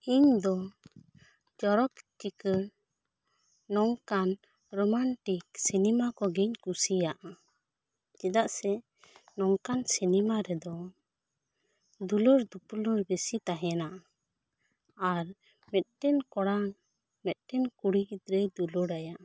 ᱤᱧ ᱫᱚ ᱪᱚᱨᱚᱠ ᱪᱤᱠᱟᱹᱲ ᱱᱚᱝᱠᱟᱱ ᱨᱚᱢᱟᱱᱴᱤᱠ ᱥᱤᱱᱮᱢᱟ ᱠᱚ ᱜᱤᱧ ᱠᱩᱥᱤᱭᱟᱜᱼᱟ ᱪᱮᱫᱟᱜ ᱥᱮ ᱱᱚᱝᱠᱟᱱ ᱥᱤᱱᱮᱢᱟ ᱨᱮᱫᱚ ᱫᱩᱞᱟᱹᱲ ᱫᱩᱯᱩᱞᱟᱹᱲ ᱵᱮᱥᱤ ᱛᱟᱦᱮᱱᱟ ᱟᱨ ᱢᱤᱫᱴᱮᱱ ᱠᱚᱲᱟ ᱢᱤᱫᱴᱮᱱ ᱠᱩᱲᱤ ᱜᱤᱫᱽᱨᱟᱹᱭ ᱫᱩᱞᱟᱹᱲ ᱟᱭᱟ